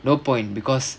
no point because